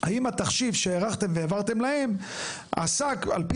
האם התחשיב שהערכתם והעברתם להם עסק על פי